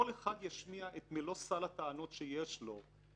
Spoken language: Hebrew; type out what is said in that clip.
כל אחד ישמיע את מלוא סל הטענות שיש לו.